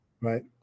Right